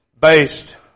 based